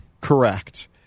Correct